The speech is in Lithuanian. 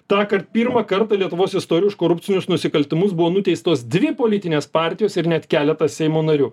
tąkart pirmą kartą lietuvos istorijoj už korupcinius nusikaltimus buvo nuteistos dvi politinės partijos ir net keletas seimo narių